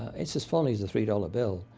it's as phony as a three-dollar bill.